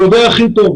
הוא יודע הכי טוב.